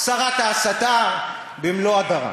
שרת ההסתה במלוא הדרה.